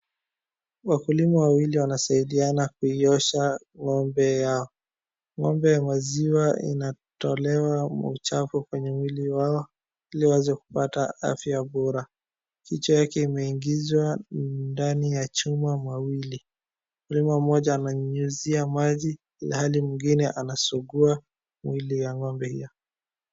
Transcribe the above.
Wakulima wawili wanasaidiana kuiosha ng'ombe yao.Ng'ombe ya waziwa inatolewa mauchafu kwenye mwili wao ili waweze kupata afya bora, kichwa yake imeingizwa ndani ya chuma mawili. Mkulima mmoja ananyunyizia maji ilhali mwingine anasugua mwili ya ng'ombe hiyo.